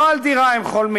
לא על דירה הם חולמים,